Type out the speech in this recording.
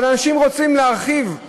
אבל אנשים רוצים להרחיב,